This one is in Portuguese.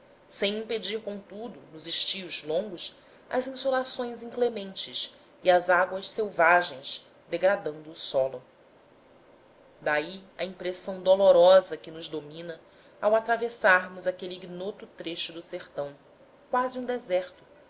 sem impedir contudo nos estilos longos as insolações inclementes e as águas selvagens degradando o solo daí a impressão dolorosa que nos domina ao atravessarmos aquele ignoto trecho de sertão quase um deserto